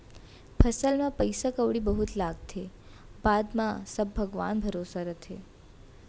फसल म पइसा कउड़ी बहुत लागथे, बाद म सब भगवान भरोसा रथे